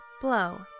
Blow